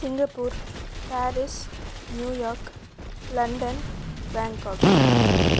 Singapore Paris New York London Bangkok